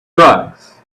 drugs